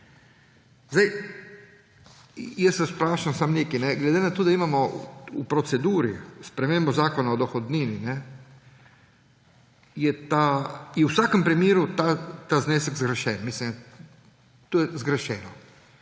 Zdaj vas vprašam samo nekaj. Glede na to, da imamo v proceduri spremembo Zakona o dohodnini, je v vsakem primeru ta znesek zgrešen. Mislim, to je zgrešeno.